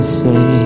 say